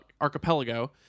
Archipelago